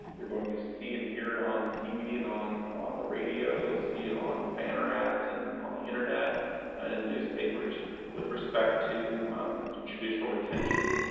you're going to see and hear it on tv and on on the radio. you'll see it on banner ads and on the internet and in the newspapers with respect to judicial retention.